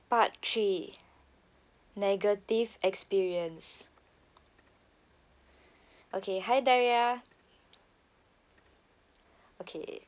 part three negative experience okay hi daria okay